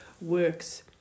works